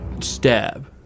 stab